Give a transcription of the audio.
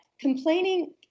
Complaining